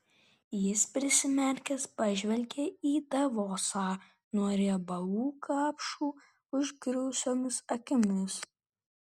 jis prisimerkęs pažvelgė į davosą nuo riebalų kapšų užgriuvusiomis akimis